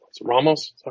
Ramos